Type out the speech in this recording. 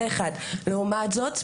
לעומת זאת,